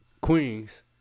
queens